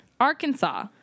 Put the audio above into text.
Arkansas